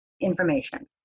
information